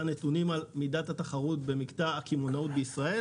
נתונים על מידת התחרות במקטע הקמעונאות בישראל.